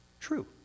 true